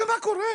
ומה קורה?